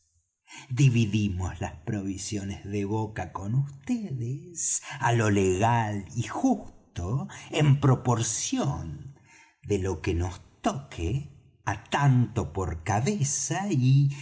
dividimos las provisiones de boca con vds á lo legal y justo en proporción de lo que nos toque á tanto por cabeza y